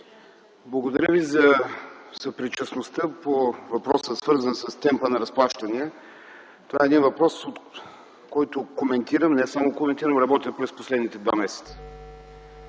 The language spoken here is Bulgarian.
Благодаря Ви за съпричастността по въпроса, свързан с темпа на разплащания. Това е един въпрос, който коментирам, но не само коментирам, а работя през последните два месеца.